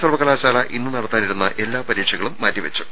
സർവകലാശാല ഇന്ന് നടത്താനിരുന്ന എല്ലാ പരീക്ഷകളും മാറ്റി വെച്ചു